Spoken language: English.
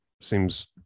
seems